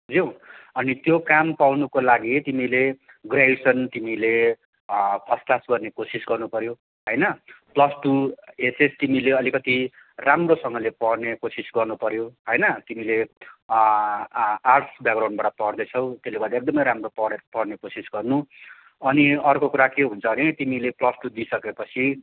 बुझ्यौ अनि त्यो काम पाउनुको लागि तिमीले ग्राजुएसन तिमीले फर्स्ट क्लास गर्ने कोसिस गर्नु पऱ्यो होइन प्लस टू एचएस तिमीले अलिकति राम्रोसँगले पढ्ने कोसिस गर्नु पऱ्यो होइन तिमीले आ आर्टस ब्याकग्राउन्डबाट पढ्दैछौ त्यसले गर्दा एकदमै राम्रो पढेर पढने कोसिस गर्नू अनि अर्को कुरा के हुन्छ भने तिमीले प्लस टू दिइसकेपछि